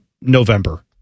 November